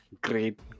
great